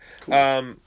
Cool